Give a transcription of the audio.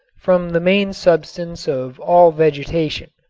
from the main substance of all vegetation.